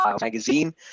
magazine